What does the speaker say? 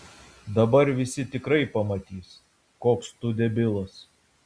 dabar visi tikrai pamatys koks tu debilas